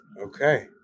Okay